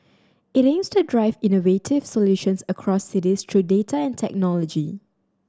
it aims to drive innovative solutions across cities through data and technology